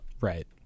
Right